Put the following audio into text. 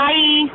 Bye